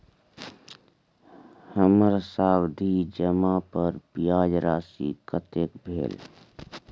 हमर सावधि जमा पर ब्याज राशि कतेक भेल?